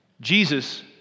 Jesus